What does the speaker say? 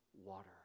water